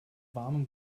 warmen